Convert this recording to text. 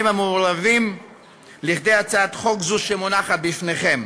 המעורבים לכדי הצעת חוק זו שמונחת בפניכם.